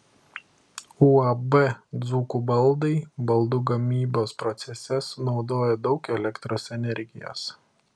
uab dzūkų baldai baldų gamybos procese sunaudoja daug elektros energijos